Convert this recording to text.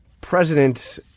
president